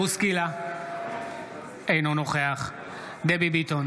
אינו נוכח דבי ביטון,